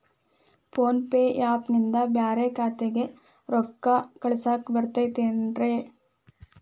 Phone pay app ನಿಂದ ಬ್ಯಾರೆ ಖಾತೆಕ್ ರೊಕ್ಕಾ ಕಳಸಾಕ್ ಬರತೈತೇನ್ರೇ?